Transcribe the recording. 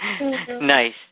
Nice